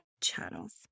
channels